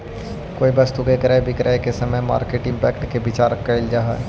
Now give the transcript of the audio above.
कोई वस्तु के क्रय विक्रय के समय मार्केट इंपैक्ट के विचार कईल जा है